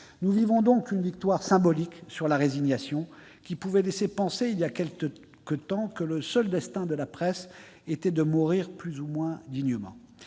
Nous vivons par conséquent une victoire symbolique sur la résignation, qui pouvait laisser penser il y a quelque temps que le seul destin de la presse était de mourir plus ou moins dignement.